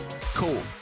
Cool